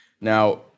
Now